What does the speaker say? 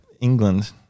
England